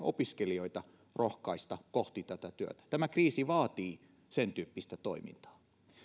opiskelijoita rohkaista kohti tätä työtä tämä kriisi vaatii sentyyppistä toimintaa